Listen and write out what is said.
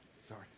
Sorry